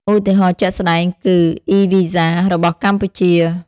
ឧទាហរណ៍ជាក់ស្តែងគឺ (eVisa) របស់កម្ពុជា។